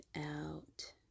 out